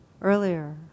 earlier